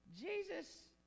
Jesus